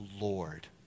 Lord